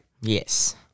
Yes